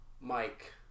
Mike